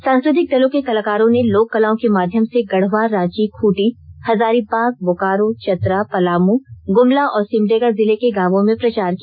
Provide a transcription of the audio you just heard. सांस्कृतिक दलों के कलाकारों ने लोक कलाओं के माध्यम से गढ़वा रांची खूंटी हजारीबाग बोकारो चतरा पलामू गुमला और सिमडेगा जिले के गावों में प्रचार किया